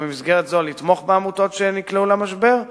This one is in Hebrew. ובמסגרת זו לתמוך בעמותות שנקלעו למשבר,